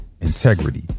integrity